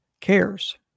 cares